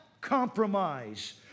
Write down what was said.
compromise